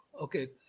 Okay